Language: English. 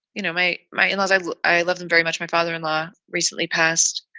you know, my my in-laws, i, i love them very much. my father in law recently passed.